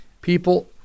People